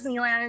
Disneyland